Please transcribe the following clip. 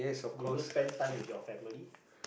do you spend time with your family